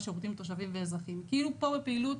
פה זו פעילות